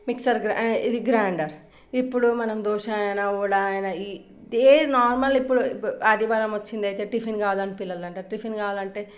mixer ఇది grinder ఇప్పుడు మనం దోశ అయినా వడ అయినా ఇదే నార్మల్ ఇప్పుడు ఆదివారం వచ్చిందైతే టిఫిన్ కావాలని పిల్లలంటారు టిఫిన్ కావాలంటే